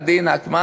בחייאת דינכ, מה